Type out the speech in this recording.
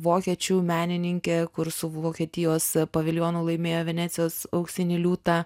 vokiečių menininkė kur suvokietijos paviljonu laimėjo venecijos auksinį liūtą